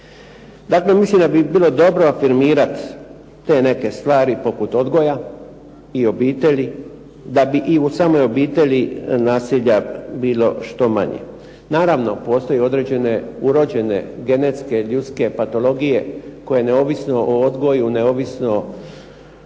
Dakle, mislim da bi bilo dobro afirmirati te neke stvari poput odgoja i obitelji, da bi i u samoj obitelji nasilja bilo što manje. Naravno postoje urođene genetske patologije koje neovisno o odgoju, neovisno o svim